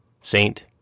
Saint